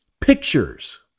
pictures